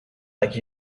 like